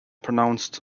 pronounced